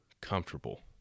comfortable